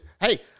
Hey